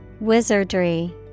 Wizardry